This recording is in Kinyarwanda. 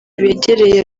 begereye